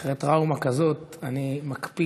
אחרי טראומה כזאת אני מקפיד.